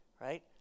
right